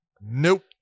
nope